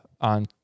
on